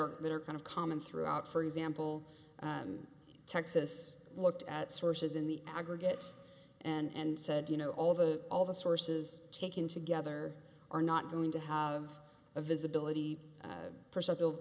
are that are kind of common throughout for example texas looked at sources in the aggregate and said you know all of the all the sources taken together are not going to have a visibility for several